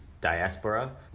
diaspora